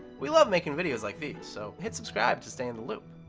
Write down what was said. we love making videos like these, so hit subscribe to stay in the loop.